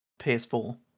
PS4